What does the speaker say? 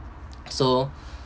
so